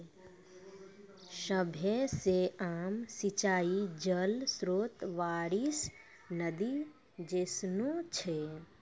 सभ्भे से आम सिंचाई जल स्त्रोत बारिश, नदी जैसनो छै